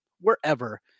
wherever